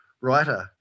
writer